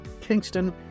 Kingston